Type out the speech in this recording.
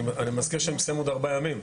אני מזכיר שאני מסיים עוד ארבעה ימים,